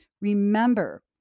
Remember